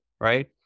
right